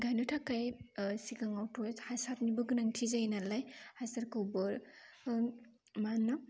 गायनो थाखाय सिगाङावथ' हासारनिबो गोनांथि जायो नालाय हासारखौबो मा नाम